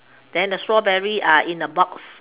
then the strawberries are in a box